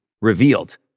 revealed